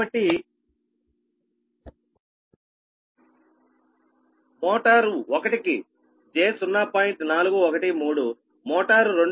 కాబట్టి మోటారు 1 కి j0